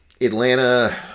Atlanta